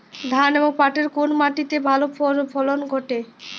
ধান এবং পাটের কোন মাটি তে ভালো ফলন ঘটে?